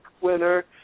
winner